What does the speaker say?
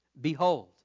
Behold